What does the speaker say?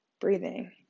breathing